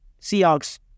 Seahawks